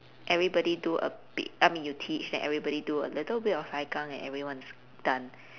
everybody do a bit I mean you teach let everybody do a little bit of sai kang and everyone's done